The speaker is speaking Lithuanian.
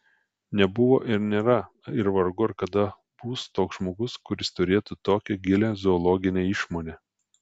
nebuvo nėra ir vargu ar kada bus toks žmogus kuris turėtų tokią gilią zoologinę išmonę